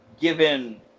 given